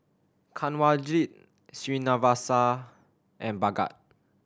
Kanwaljit Srinivasa and Bhagat